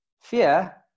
fear